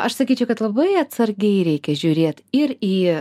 aš sakyčiau kad labai atsargiai reikia žiūrėt ir į